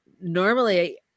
normally